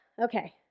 okay